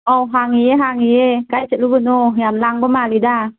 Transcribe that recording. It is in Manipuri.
ꯑꯧ ꯍꯥꯡꯉꯤꯌꯦ ꯍꯥꯡꯉꯤꯌꯦ ꯀꯗꯥꯏ ꯆꯠꯂꯨꯕꯅꯣ ꯌꯥꯝ ꯂꯥꯡꯕ ꯃꯥꯜꯂꯤꯗ